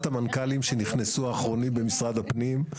המנכ"לים שנכנסו האחרונים למשרד הפנים.